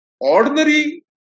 ordinary